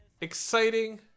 exciting